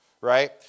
right